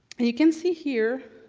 and you can see here,